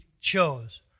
chose